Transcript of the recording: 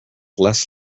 less